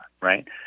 right